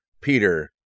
peter